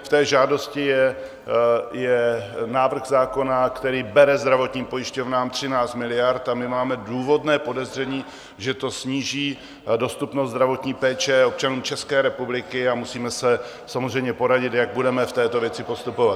V té žádosti je návrh zákona, který bere zdravotním pojišťovnám 13 miliard, a my máme důvodné podezření, že to sníží dostupnost zdravotní péče občanů České republiky, a musíme se samozřejmě poradit, jak budeme v této věci postupovat.